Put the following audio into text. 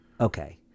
Okay